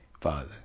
Father